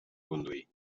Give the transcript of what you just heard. conduir